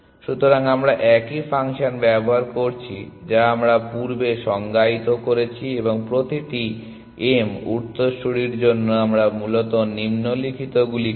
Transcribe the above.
সুতরাং আমরা একই ফাংশন ব্যবহার করছি যা আমরা পূর্বে সংজ্ঞায়িত করেছি এবং প্রতিটি m উত্তরসূরির জন্য আমরা মূলত নিম্নলিখিতগুলি করি